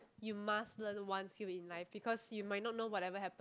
you must learn one skill in life because you might not know whatever happen